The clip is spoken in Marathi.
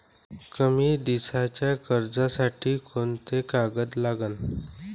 कमी दिसाच्या कर्जासाठी कोंते कागद लागन?